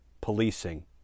policing